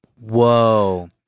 Whoa